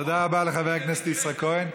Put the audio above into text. תודה רבה לחבר הכנסת יצחק כהן.